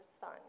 son